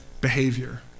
behavior